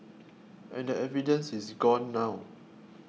and the evidence is gone now